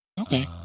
Okay